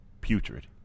putrid